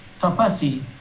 Tapasi